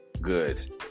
Good